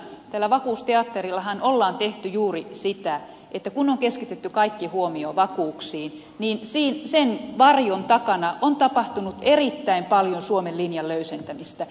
tällä vakuusteatterillahan on tehty juuri sitä että kun on keskitetty kaikki huomio vakuuksiin niin sen varjon takana on tapahtunut erittäin paljon suomen linjan löysentämistä